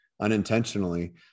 unintentionally